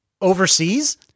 Overseas